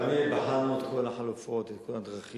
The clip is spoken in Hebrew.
תאמין לי, בחנו את כל החלופות, את כל הדרכים.